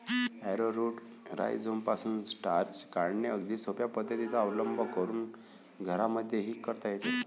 arrowroot राईझोमपासून starch काढणे अगदी सोप्या पद्धतीचा अवलंब करून घरांमध्येही करता येते